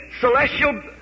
celestial